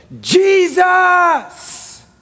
Jesus